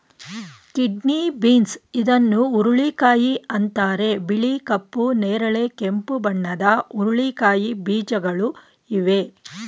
kidney beans ಇದನ್ನು ಹುರುಳಿಕಾಯಿ ಅಂತರೆ ಬಿಳಿ, ಕಪ್ಪು, ನೇರಳೆ, ಕೆಂಪು ಬಣ್ಣದ ಹುರಳಿಕಾಯಿ ಬೀಜಗಳು ಇವೆ